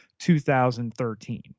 2013